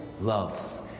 love